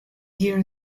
here